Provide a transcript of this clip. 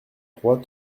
trois